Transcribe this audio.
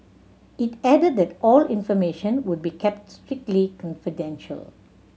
it added that all information would be kept strictly confidential